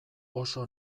oso